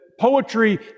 poetry